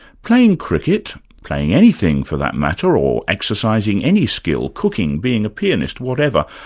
playing cricket, playing anything for that matter, or exercising any skill cooking, being a pianist, whatever,